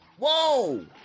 Whoa